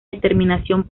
determinación